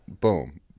Boom